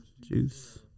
Juice